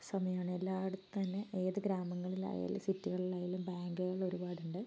സമയമാണ് എല്ലായിടത്തും തന്നെ ഏത് ഗ്രാമങ്ങളിലായാലും സിറ്റികളിലായാലും ബാങ്കുകൾ ഒരുപാടുണ്ട്